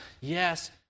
yes